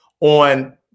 on